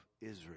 Israel